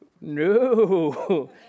No